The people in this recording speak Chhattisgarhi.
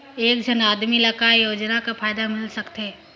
एक झन आदमी ला काय योजना कर फायदा मिल सकथे?